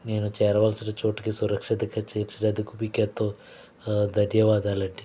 నేను చేరవలసిన చోటికి సురక్షితంగా చేర్చినందుకు మీకు ఎంతో ధన్యవాదాలు అండి